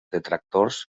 detractors